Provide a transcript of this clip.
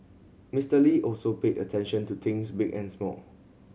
Mister Lee also paid attention to things big and small